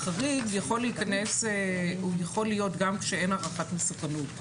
החריג הוא יכול להיות גם כשאין הערכת מסוכנות.